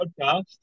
podcast